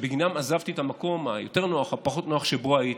שבגינם עזבתי את המקום היותר-נוח או הפחות-נוח שבו הייתי.